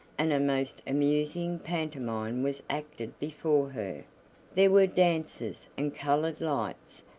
and a most amusing pantomime was acted before her there were dances, and colored lights,